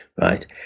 right